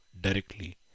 directly